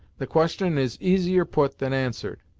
the question is easier put than answered.